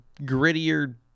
grittier